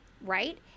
Right